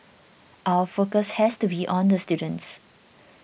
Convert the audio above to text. our focus has to be on the students